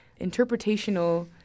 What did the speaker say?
interpretational